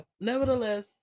nevertheless